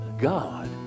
God